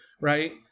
right